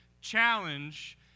challenge